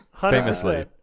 famously